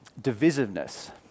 divisiveness